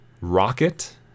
Rocket